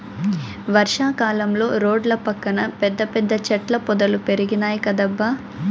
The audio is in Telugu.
వర్షా కాలంలో రోడ్ల పక్కన పెద్ద పెద్ద చెట్ల పొదలు పెరిగినాయ్ కదబ్బా